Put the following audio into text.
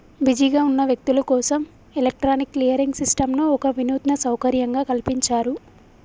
బిజీగా ఉన్న వ్యక్తులు కోసం ఎలక్ట్రానిక్ క్లియరింగ్ సిస్టంను ఒక వినూత్న సౌకర్యంగా కల్పించారు